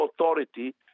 authority